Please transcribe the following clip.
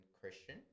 Christian